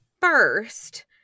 First